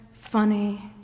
funny